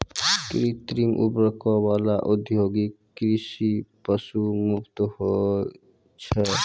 कृत्रिम उर्वरको वाला औद्योगिक कृषि पशु मुक्त होय छै